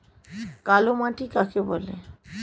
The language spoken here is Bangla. কালোমাটি কাকে বলে?